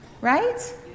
Right